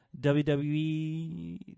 WWE